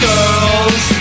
Girls